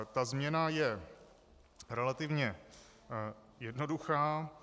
Ta změna je relativně jednoduchá.